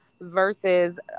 versus